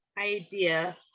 idea